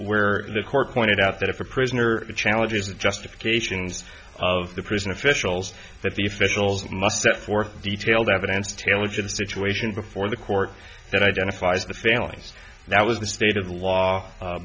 where the court pointed out that if a prisoner challenges the justification of the prison officials that the officials must set forth detailed evidence tailored situation before the court that identifies the families that was the state of the law